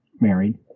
married